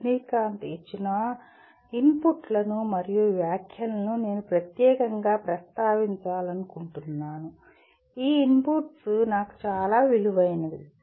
రజనీకాంత్ ఇచ్చిన ఇన్పుట్లను మరియు వ్యాఖ్యలను నేను ప్రత్యేకంగా ప్రస్తావించాలనుకుంటున్నాను దీని ఇన్పుట్స్ నాకు చాలా విలువైనవి